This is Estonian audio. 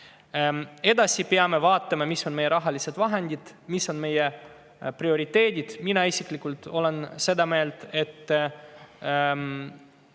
Edasi peame vaatama, mis on meie rahalised vahendid, mis on meie prioriteedid. Mina isiklikult olen seda meelt, et